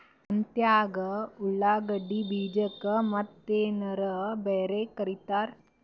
ಸಂತ್ಯಾಗ ಉಳ್ಳಾಗಡ್ಡಿ ಬೀಜಕ್ಕ ಮತ್ತೇನರ ಬ್ಯಾರೆ ಕರಿತಾರ?